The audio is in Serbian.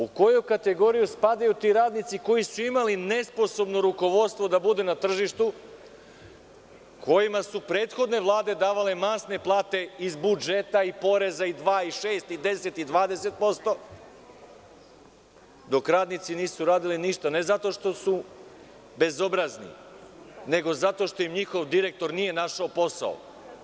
U koju kategoriju spadaju ti radnici koji su imali nesposobno rukovodstvo da bude na tržištu, kojima su prethodne vlade davale masne plate iz budžeta i poreza i 2% i 6% i 10% i 20%, dok radnici nisu radili ništa ne zato što su bezobrazni, nego zato što im njihov direktor nije našao posao?